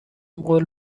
قول